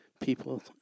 people